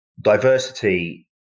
diversity